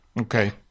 Okay